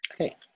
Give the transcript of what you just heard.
Okay